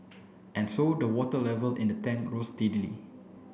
and so the water level in the tank rose steadily